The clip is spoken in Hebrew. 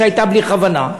שהייתה בלי כוונה,